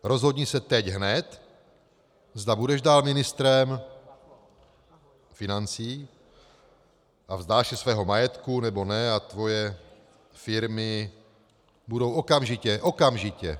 Rozhodni se teď hned, zda budeš dál ministrem financí a vzdáš se svého majetku, nebo ne, a tvoje firmy budou okamžitě okamžitě!